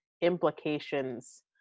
implications